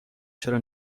چرا